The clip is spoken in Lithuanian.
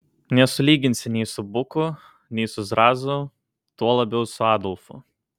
nesulyginsi nei su buku nei su zrazu tuo labiau su adolfu